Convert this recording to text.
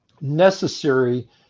necessary